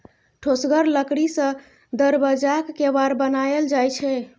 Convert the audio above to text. ठोसगर लकड़ी सँ दरबज्जाक केबार बनाएल जाइ छै